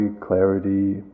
clarity